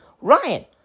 Ryan